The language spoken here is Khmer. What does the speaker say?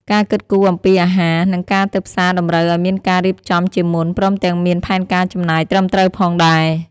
ការគិតគូរអំពីអាហារ និងការទៅផ្សារតម្រូវឱ្យមានការរៀបចំជាមុន ព្រមទាំងមានផែនការចំណាយត្រឹមត្រូវផងដែរ។